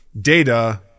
data